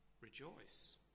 Rejoice